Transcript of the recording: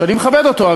ואני מכבד אותו,